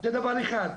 זה דבר אחד.